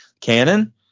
canon